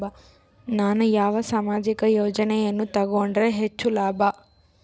ನಾನು ಯಾವ ಸಾಮಾಜಿಕ ಯೋಜನೆಯನ್ನು ತಗೊಂಡರ ಹೆಚ್ಚು ಲಾಭ?